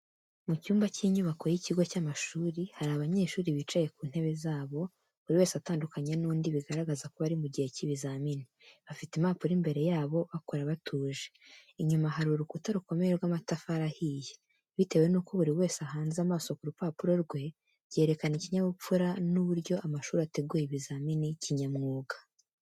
Mu cyumba cy’inyubako y’ikigo cy’amashuri, hari abanyeshuri bicaye ku ntebe zabo, buri wese atandukanye n’undi, bigaragaza ko bari mu gihe cy'ibizamini. Bafite impapuro imbere yabo, bakora batuje, inyuma hari urukuta rukomeye rw'amatafari ahiye. Bitewe n'uko buri wese ahanze amaso ku rupapuro rwe, byerekana ikinyabupfura n’uburyo amashuri ategura ibizamini kinyamwuga.